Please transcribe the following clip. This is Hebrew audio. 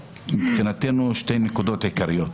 מבחינתנו יש שתי נקודות עיקריות.